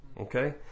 Okay